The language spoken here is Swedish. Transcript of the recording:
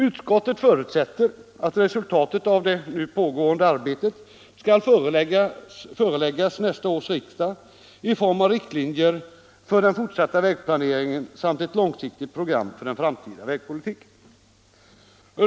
Utskottet förutsätter att resultatet av det nu pågående arbetet skall föreläggas nästa års riksdag i form av riktlinjer för den fortsatta vägplaneringen samt ett långsiktigt program för den framtida vägpolitiken.